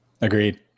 agreed